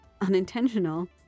unintentional